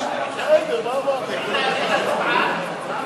אתה מפריע לי, של חברי הכנסת דוד אמסלם,